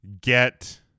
get